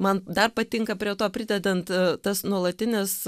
man dar patinka prie to pridedant tas nuolatinis